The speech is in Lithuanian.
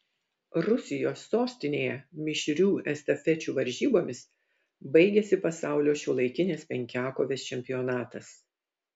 rusijos sostinėje mišrių estafečių varžybomis baigėsi pasaulio šiuolaikinės penkiakovės čempionatas